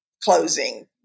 closing